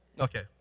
Okay